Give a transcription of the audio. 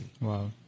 Wow